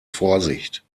vorsicht